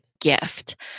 gift